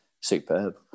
superb